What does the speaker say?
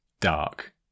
dark